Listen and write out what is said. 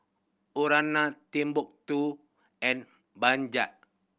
Urana Timbuk Two and Bajaj